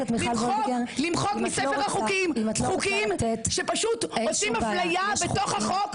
למחוק מספר החוקים חוקים שפשוט עושים אפליה בתוך החוק.